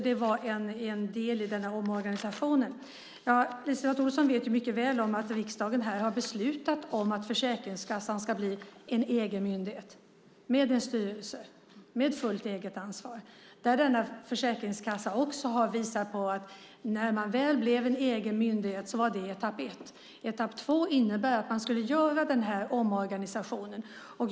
Det var en del i denna omorganisation. LiseLotte Olsson vet mycket väl att riksdagen har beslutat att Försäkringskassan ska bli en egen myndighet, med en styrelse, med fullt eget ansvar. Denna försäkringskassa har också visat på att det, när man väl blev en egen myndighet, var etapp ett. Etapp två innebär att man skulle göra den här omorganisationen.